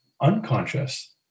unconscious